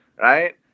Right